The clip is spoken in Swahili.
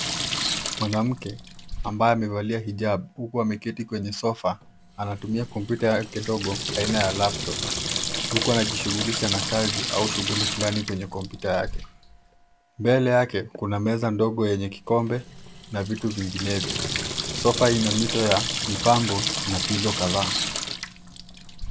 Mwanamke ambaye amevalia hijab huku ameketi kwenye sofa anatumia kompyuta yake ndogo aina ya laptop huku anajishughulisha na kazi au shughuli fulani kwenye kompyuta yake. Mbele yake kuna meza ndogo yenye kikombe na vitu vinginevyo. Sofa ina mito ya mipambo na pillow kadhaa.